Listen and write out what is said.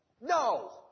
No